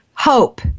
hope